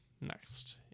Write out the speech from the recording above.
next